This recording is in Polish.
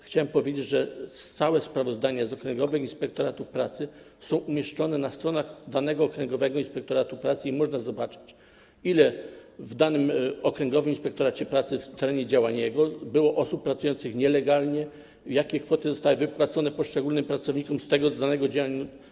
Chciałem powiedzieć, że całe sprawozdania dotyczące okręgowych inspektoratów pracy są umieszczone na stronach danego okręgowego inspektoratu pracy i można zobaczyć, ile w danym okręgowym inspektoracie pracy w terenie jego działania było osób pracujących nielegalnie, jakie kwoty zostały wypłacone poszczególnym pracownikom danego działu.